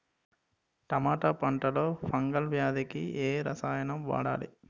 టమాటా పంట లో ఫంగల్ వ్యాధికి ఏ రసాయనం వాడాలి?